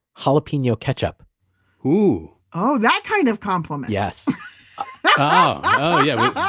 jalapeno ketchup ooh oh, that kind of complement yes oh yeah,